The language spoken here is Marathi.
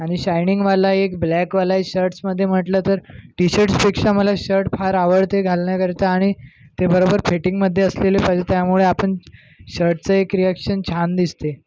आणि शाईनिंगवाला एक ब्लॅकवाला शर्टस् मध्ये म्हटलं तर टीशर्टस्पेक्षा मला शर्ट फार आवडते घालण्याकरीता आणि ते बरोबर फिटिंगमध्ये असलेले पाहिजे त्यामुळे आपण शर्टच एक रिॲक्शन छान दिसते